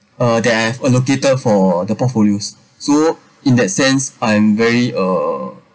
uh that I have allocated for the portfolios so in that sense I'm very uh